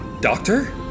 Doctor